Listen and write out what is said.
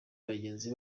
bagenzi